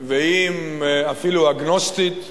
ואם אפילו אגנוסטית,